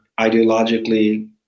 ideologically